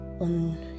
on